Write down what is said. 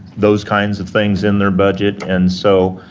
those kinds of things in their budget, and so,